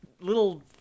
little